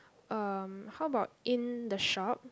um how about in the shop